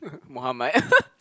Muhammad